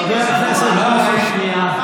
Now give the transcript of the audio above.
חבר כנסת בוסו, שנייה.